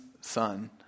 son